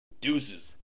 deuces